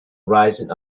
rising